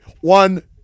One